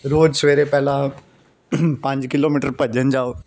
ਰੋਜ਼ ਸਵੇਰੇ ਪਹਿਲਾਂ ਪੰਜ ਕਿਲੋਮੀਟਰ ਭੱਜਣ ਜਾਓ